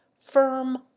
firm